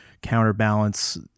counterbalance